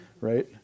right